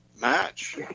match